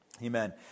Amen